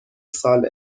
سال